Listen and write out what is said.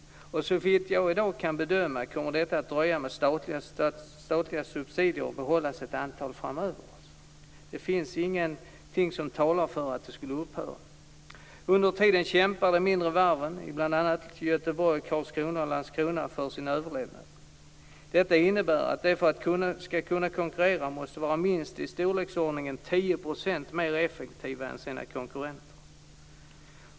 Såvitt jag kan bedöma i dag kommer detta att dröja och statliga subsidier att behållas ett antal år framöver. Det finns ingenting som talar för att de skulle upphöra. Under tiden kämpar de mindre varven i bl.a. Göteborg, Karlskrona och Landskrona för sin överlevnad. Detta innebär att för att de skall kunna konkurrera måste de vara minst i storleksordningen 10 % mer effektiva än sina konkurrenter.